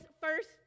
first